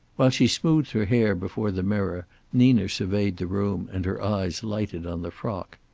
while she smoothed her hair before the mirror nina surveyed the room and her eyes lighted on the frock.